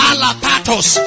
Alapatos